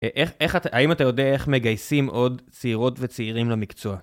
האם אתה יודע איך מגייסים עוד צעירות וצעירים למקצוע?